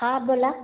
हां बोला